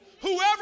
whoever